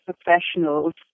professionals